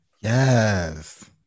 Yes